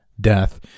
death